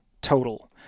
total